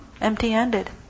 empty-handed